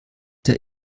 der